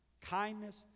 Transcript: kindness